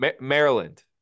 Maryland